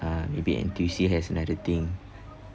uh maybe N_T_U_C has another thing